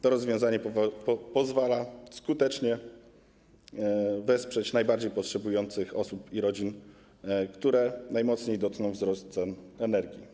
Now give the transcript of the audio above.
To rozwiązanie pozwala skutecznie wesprzeć najbardziej potrzebujące osoby i rodziny, które najmocniej dotknął wzrost cen energii.